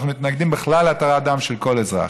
ואנחנו מתנגדים בכלל להתרת דם של כל אזרח.